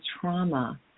trauma